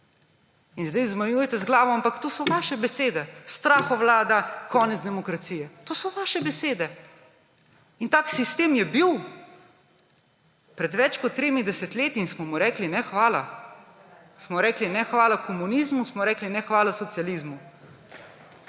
Zdaj zmajujete z glavo, ampak to so vaše besede. Strahovlada, konec demokracije – to so vaše besede. Takšen sistem je bil, pred več kot tremi desetletji smo mu rekli ne hvala. Smo rekli ne hvala komunizmu, smo rekli ne hvala socializmu.